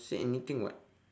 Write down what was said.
say anything [what]